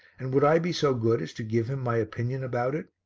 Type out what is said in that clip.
and would i be so good as to give him my opinion about it?